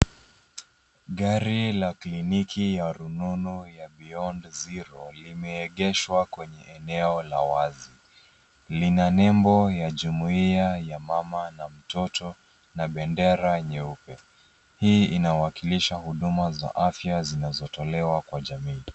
Gari la kliniki ya rununu ya Beyond Zero limeegeshwa kwenye eneo la wazi. Lina nembo ya jumuia ya mama na mtoto na bendera nyeupe. Hii inawakilisha huduma za afya zinazotolewa kwa jamii.